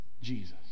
Jesus